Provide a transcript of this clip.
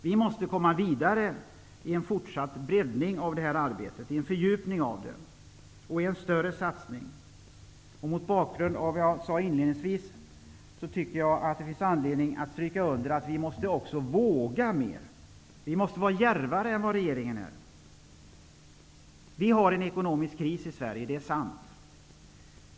Vi måste komma vidare i en fortsatt breddning och fördjupning av arbetet. Det måste ske en större satsning. Mot bakgrund av vad jag sade inledningsvis tycker jag att det finns anledning att understryka att vi måste våga mer. Vi måste vara djärvare än vad regeringen är. Det råder en ekonomisk kris i Sverige -- det är sant.